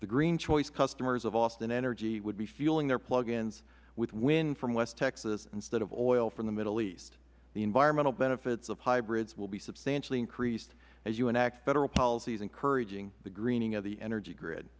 the green choice customers of austin energy would fuel plug ins from wind from west texas instead of oil from the middle east the environmental benefits of hybrids will be substantially increased as you enact federal policies encouraging the greening of the energy grid